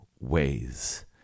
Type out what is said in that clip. ways